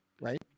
right